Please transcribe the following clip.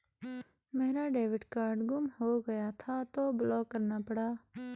मेरा debit card गुम हो गया था तो ब्लॉक करना पड़ा